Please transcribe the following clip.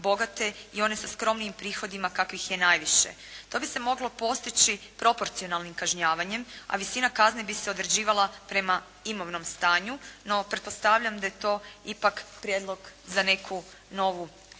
bogate i one sa skromnijim prihodima kakvih je najviše. To bi se moglo postići proporcionalnim kažnjavanjem, a visina kazne bi se određivala prema imovnom stanju, no pretpostavljam da je to ipak prijedlog za neku novu raspravu.